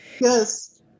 Yes